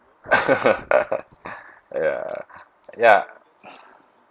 ya ya